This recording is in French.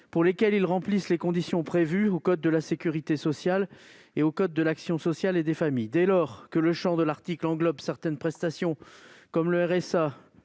pour lesquelles ils remplissent les conditions prévues par le code de la sécurité sociale et par le code de l'action sociale et des familles. Dès lors que le champ de l'article englobe certaines prestations, comme le